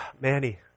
Manny